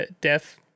death